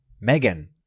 Megan